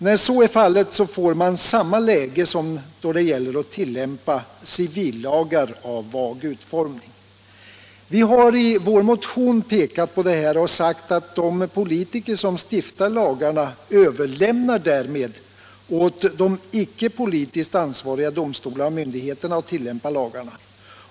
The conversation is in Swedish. När så är fallet blir det samma läge som då det gäller att tillämpa civillagar av vag utformning. Vi har i vår motion pekat på detta och sagt att de politiker som stiftat lagarna överlämnar därmed åt de icke politiskt ansvariga domstolarna och myndigheterna att tillämpa lagarna.